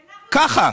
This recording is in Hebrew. ככה.